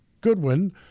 Goodwin